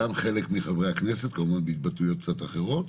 גם חלק מחברי הכנסת, כמובן בהתבטאויות קצת אחרות.